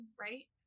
right